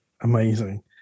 amazing